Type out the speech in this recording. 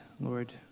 Lord